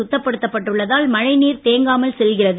சுத்தப்படுத்தப்பட்டுள்ளதால் மழை நீர் தேங்காமல் செல்கிறது